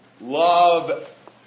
love